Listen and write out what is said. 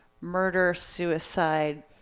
murder-suicide